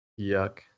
Yuck